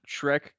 Shrek